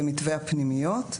ומתווה הפנימיות,